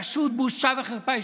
פשוט בושה וחרפה.